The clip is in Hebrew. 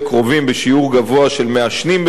בשיעור גבוה של מעשנים בקרב הגברים